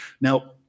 Now